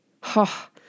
Ha